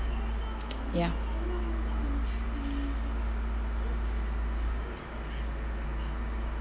ya